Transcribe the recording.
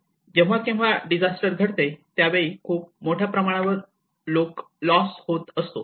जेव्हा केव्हा डिजास्टर घडते त्यावेळी खूप मोठ्या प्रमाणावर लॉस होत असतो